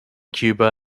cuba